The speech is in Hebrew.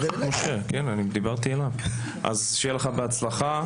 אז שיהיה לך בהצלחה.